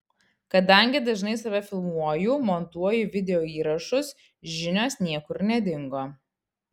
kadangi dažnai save filmuoju montuoju videoįrašus žinios niekur nedingo